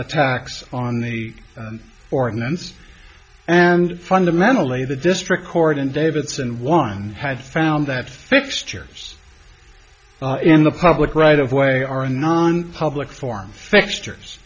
attacks on the ordinance and fundamentally the district court and davidson one had found that fixtures in the public right of way are a nonpublic form fixtures